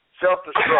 self-destruct